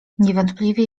niewątpliwie